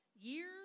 years